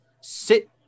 Sit